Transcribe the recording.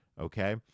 okay